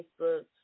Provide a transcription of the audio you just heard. Facebook